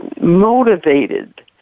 motivated